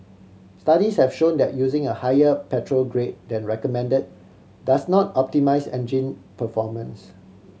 studies have shown that using a higher petrol grade than recommended does not optimise engine performance